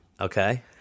Okay